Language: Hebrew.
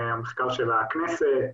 מהמחקר של הכנסת,